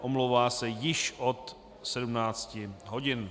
Omlouvá se již od 17 hodin.